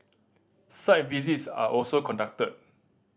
site visits are also conducted